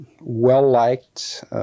well-liked